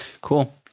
Cool